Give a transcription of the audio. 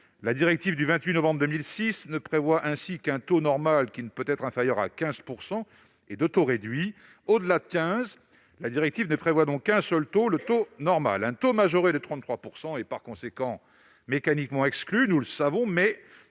La directive du 28 novembre 2006 ne prévoit ainsi qu'un taux normal, qui ne peut être inférieur à 15 %, et deux taux réduits. Au-dessus de 15 %, la directive ne prévoit donc qu'un seul taux, le taux normal ; un taux majoré de 33,33 % est donc mécaniquement exclu. Néanmoins